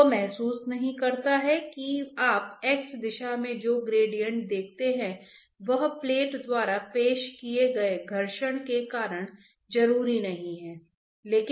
और तीसरा तरीका यह है कि आप केवल विभिन्न प्रक्रियाओं की पहचान करें जो इसमें शामिल हैं उसके अनुरूप गणितीय व्यंजक क्या है और सही चिह्न लगाएं